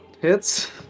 hits